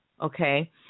Okay